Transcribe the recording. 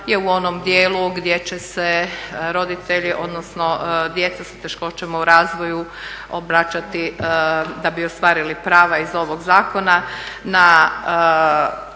u onom dijelu gdje će se roditelji odnosno djeca s teškoćama u razvoju obraćati da bi ostvarili prava iz ovog zakona na